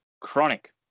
chronic